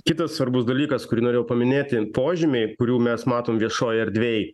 kitas svarbus dalykas kurį norėjau paminėti požymiai kurių mes matom viešoj erdvėj